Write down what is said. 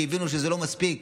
כי הבינו שזה לא מספיק,